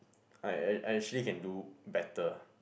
I I I actually can do better